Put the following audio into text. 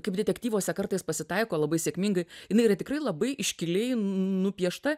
kaip detektyvuose kartais pasitaiko labai sėkmingai jinai yra tikrai labai iškiliai nupiešta